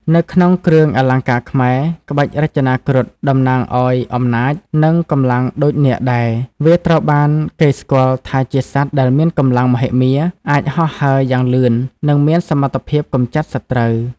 នៅក្នុងគ្រឿងអលង្ការខ្មែរ ក្បាច់រចនាគ្រុឌតំណាងឱ្យអំណាច និងកម្លាំងដូចនាគដែរ វាត្រូវបានគេស្គាល់ថាជាសត្វដែលមានកម្លាំងមហិមា អាចហោះហើរយ៉ាងលឿន និងមានសមត្ថភាពកម្ចាត់សត្រូវ។